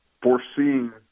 foreseeing